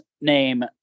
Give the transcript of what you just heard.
name